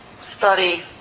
study